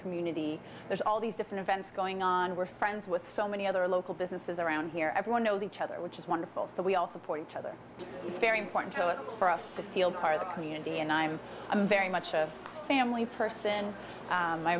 community there's all these different events going on we're friends with so many other local businesses around here everyone knows each other which is wonderful so we all support each other it's very important for us to feel part of the community and i'm i'm very much a family person